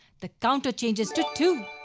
the counter changes to two.